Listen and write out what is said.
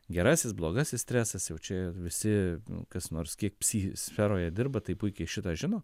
gerasis blogasis stresas jau čia visi kas nors kiek psi sferoje dirba tai puikiai šitą žino